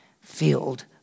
filled